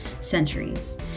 centuries